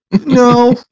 No